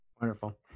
wonderful